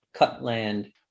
Cutland